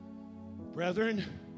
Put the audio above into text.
Brethren